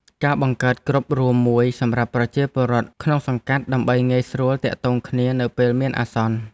ការបង្កើតគ្រុបរួមមួយសម្រាប់ប្រជាពលរដ្ឋក្នុងសង្កាត់ដើម្បីងាយស្រួលទាក់ទងគ្នានៅពេលមានអាសន្ន។